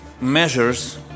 measures